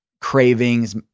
cravings